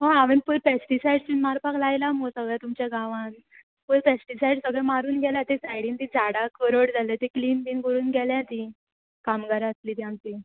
ह हांवें पयर पॅस्टिसायड्स बीन मारपाक लायला मुगो सगळें तुमच्या गांवान पयर पॅस्टिसायड्स सगळें मारून गेल्या ते सायडीन तीं झाडां करड जाल्लें तें क्लीन बीन करून गेल्या तीं कामगारां आसलीं तीं आमचीं